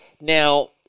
now